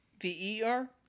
V-E-R